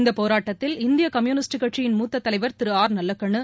இந்த போராட்டத்தில் இந்திய கம்யூனிஸ்ட் கட்சியின் மூத்த தலைவர் திரு ஆர் நல்லக்கண்ணு